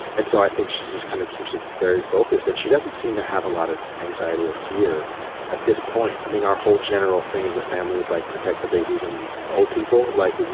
and so i think she's just kind of keeps it very focused. and she doesn't seem to have a lot of anxiety or fear at this point. i mean, our whole general thing is a family is like protect the babies and old people. like with you